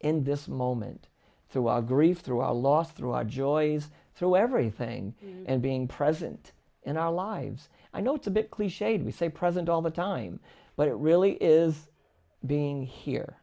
in this moment through our grief through our loss through our joys through everything and being present in our lives i know it's a bit clichd we say present all the time but it really is being here